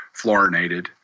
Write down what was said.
fluorinated